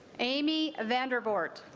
amy vandervoort